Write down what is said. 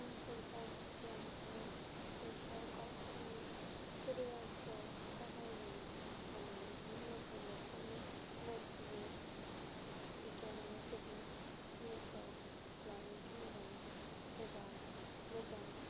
आं सोरबा बिगियान आरो टेकाव गावसोरनि केरियारखौ जागायनो सानो बिदि लोगो न'खरनि मानसिनो बिगियान आरो टेकनि थिलिखौ लानो थिनगोन जेराव मोजां